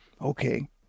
okay